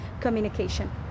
communication